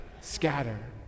Scatter